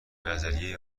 نظریه